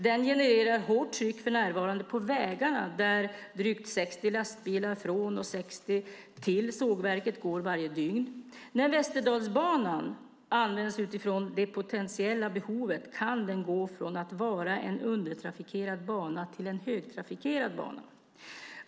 Det genererar för närvarande ett hårt tryck på vägarna där drygt 60 lastbilar från och 60 till sågverket går varje dygn. När Västerdalsbanan används utifrån det potentiella behovet kan den gå från att vara en undertrafikerad bana till att bli en högtrafikerad bana.